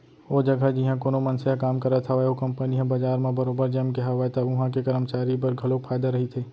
ओ जघा जिहाँ कोनो मनसे ह काम करत हावय ओ कंपनी ह बजार म बरोबर जमगे हावय त उहां के करमचारी बर घलोक फायदा रहिथे